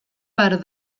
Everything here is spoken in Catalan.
per